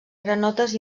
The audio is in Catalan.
granotes